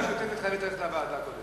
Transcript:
ועדה משותפת חייבת ללכת לוועדה קודם.